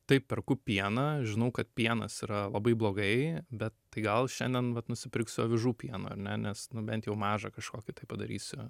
taip perku pieną žinau kad pienas yra labai blogai bet tai gal šiandien va nusipirksiu avižų pieno ar ne nes nu bent jau mažą kažkokį tai padarysiu